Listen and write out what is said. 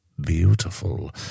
beautiful